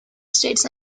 states